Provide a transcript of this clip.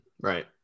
right